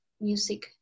music